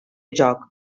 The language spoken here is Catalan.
joc